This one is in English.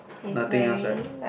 nothing else right